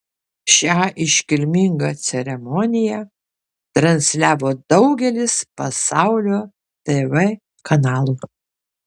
šią iškilmingą ceremoniją transliavo daugelis pasaulio tv kanalų